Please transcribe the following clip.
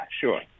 sure